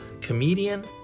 comedian